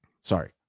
Sorry